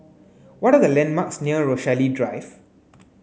what are the landmarks near Rochalie Drive